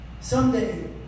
Someday